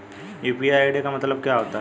UPI ID का मतलब क्या होता है?